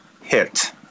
hit